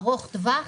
ארוך טווח.